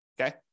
okay